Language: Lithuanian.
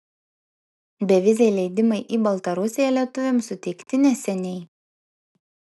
beviziai leidimai į baltarusiją lietuviams suteikti neseniai